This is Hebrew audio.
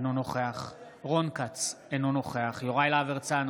אינו נוכח רון כץ, אינו נוכח יוראי להב הרצנו,